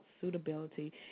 suitability